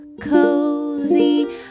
cozy